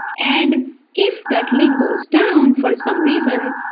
and if that link goes down for some reason,